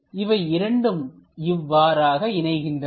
இவை இரண்டும் இவ்வாறாக இணைகின்றன